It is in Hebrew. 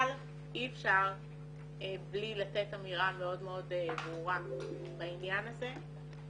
אבל אי אפשר בלי לתת אמירה מאוד מאוד ברורה בעניין הזה.